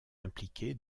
impliqué